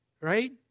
right